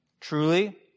Truly